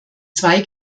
zwei